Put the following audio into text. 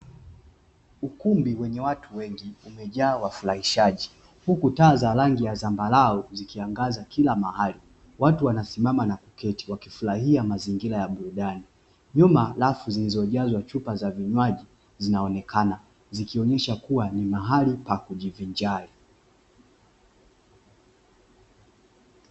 Ukumbi wenye watu wengi uliojaa wafulahishaji huku taa za rangi ya dhambarau zikiangaza kila mahali, watu wanasimama na kuketi wakiangalia mazingira ya burudani. Nyuma glasi zilizojazwa vivywaji zinaonekana zikionesha kuwa ni mahali pa kujivinjari.